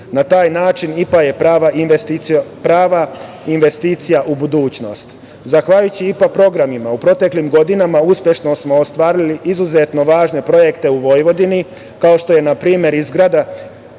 Na taj način IPA je prava investicija u budućnost. Zahvaljujući IPA programima u proteklim godinama, uspešno smo ostvarili izuzetno važne projekte u Vojvodini, kao što je npr. izrada